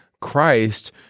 Christ